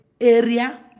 area